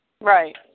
Right